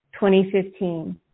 2015